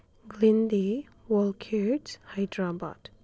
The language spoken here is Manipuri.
ꯒ꯭ꯂꯤꯟꯗꯤ ꯋꯥꯜꯈ꯭ꯔꯤꯠꯁ ꯍꯩꯗ꯭ꯔꯕꯥꯠ